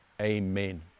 Amen